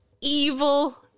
evil